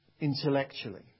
intellectually